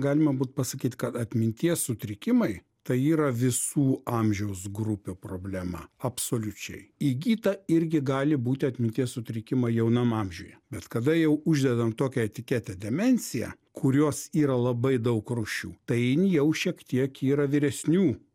galima būtų pasakyt kad atminties sutrikimai tai yra visų amžiaus grupių problema absoliučiai įgyta irgi gali būti atminties sutrikimai jaunam amžiuje bet kada jau uždedam tokią etiketę demencija kurios yra labai daug rūšių tai jin jau šiek tiek yra vyresnių